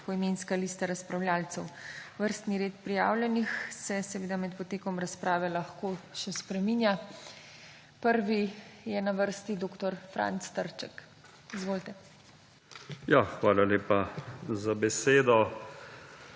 poimenska lista razpravljavcev. Vrstni red prijavljenih se seveda med potekom razprave lahko še spreminja. Prvi je na vrsti dr. Franc Trček. Izvolite. **DR. FRANC TRČEK